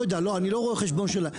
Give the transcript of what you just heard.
אני לא רואה חשבון שלהם,